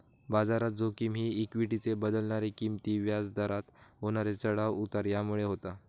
बाजारात जोखिम ही इक्वीटीचे बदलणारे किंमती, व्याज दरात होणारे चढाव उतार ह्यामुळे होता